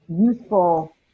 useful